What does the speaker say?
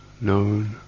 known